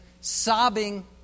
sobbing